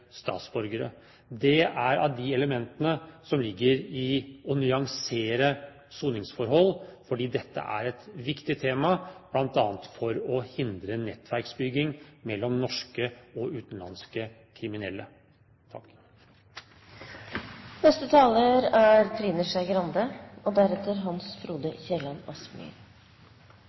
statsborgere i norske fengsler. Det er av de elementene som ligger i å nyansere soningsforhold, for dette er et viktig tema bl.a. for å hindre nettverksbygging mellom norske og utenlandske kriminelle. Venstre er